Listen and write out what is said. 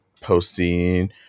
posting